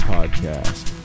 Podcast